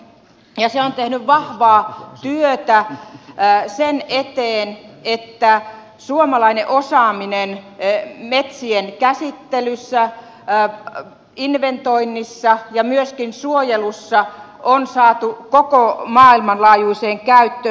se on tehnyt vahvaa työtä sen eteen että suomalainen osaaminen metsien käsittelyssä inventoinnissa ja myöskin suojelussa on saatu koko maailman laajuiseen käyttöön